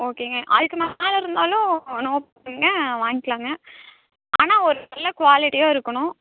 ஓகேங்க அதுக்கு மேலே இருந்தாலும் நோ ப்ராப்ளங்க வாங்கிக்கலாங்க ஆனால் ஒரு நல்ல குவாலிட்டியாக இருக்கணும்